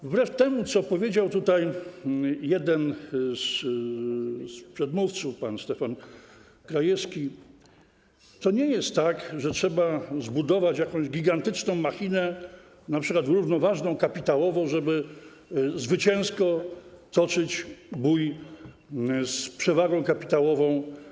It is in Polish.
Wbrew temu, co powiedział jeden z przedmówców, pan Stefan Krajewski, nie jest tak, że trzeba zbudować jakąś gigantyczną machinę np. równoważną kapitałowo, żeby zwycięsko toczyć bój z obcą przewagą kapitałową.